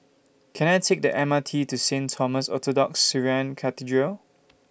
Can I Take The M R T to Saint Thomas Orthodox Syrian Cathedral